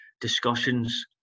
discussions